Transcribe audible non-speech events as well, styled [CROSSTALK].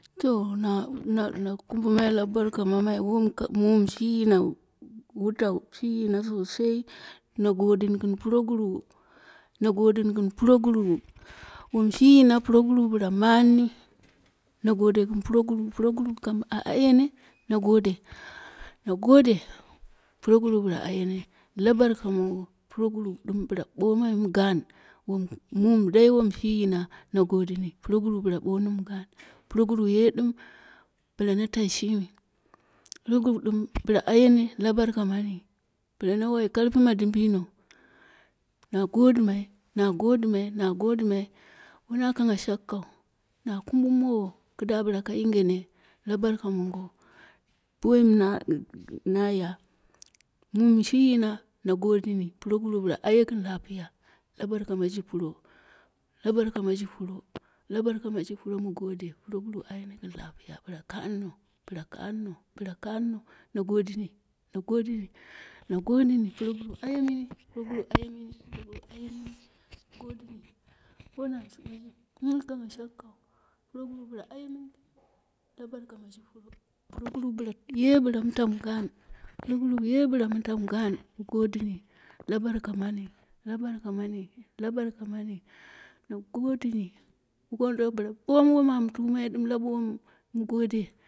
To na na na kumbe mai la barka mamiai ko wom mum shi yima wutau sosai na godini gin puroguru. Na godini gɨn purogurui wom shi yina puroguru bala maannni na gode gɨn puroguru kam a yeni na gode na gode puroguru bɨla ayene labar ka ma puroguru ɗɨm bɨla ɓomai gaan mum dai wom shi yina ne godani puroguru bile ɓoani mi gaan puroguru ye ɗim bɨla ne tai shimi puroguru ɗɨm bɨla ayem la barka mani bɨla na wai karfi ma dimbiyik na godi mai na godɨmai na godɨmai wona kanghɨ shakkau, na kumbo mowu kida bɨla ka yinge ne la barka mongo boim mɨ na ya, mum shi yina na godini puroguru bila ayeyi gin lafiya la barka ma jipuo, la barka ma ji pura na gode puroguru ayene gɨn lafiya bɨla kaarno bila kaanno bila kaanno na godini na godini, na godini puroguru ayemini puroguru aye mini, na godin na godimi wo ne shoriu wona shakkau puroguru bɨla ayemuni la barka ma jipuro puroguru bɨla ye mɨ ta ma gaan puroguru ye mu tamu gaan mu godini la barka mani la barka mani na godini mu gode bɨla ɓoma wom ama tamai ɗɨm la boama. [UNINTELLIGIBLE]